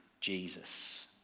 Jesus